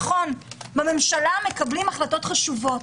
נכון, בממשלה מקבלים החלטות חשובות.